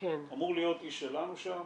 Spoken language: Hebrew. אמור להיות איש שלנו שם